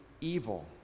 evil